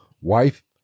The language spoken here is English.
wife